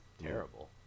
terrible